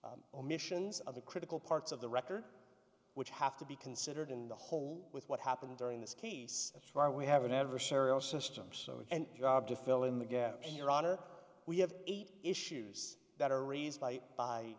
omissions of the critical parts of the record which have to be considered in the whole with what happened during this case that's why we have an adversarial system so it and job to fill in the gap and your honor we have eight issues that are raised by by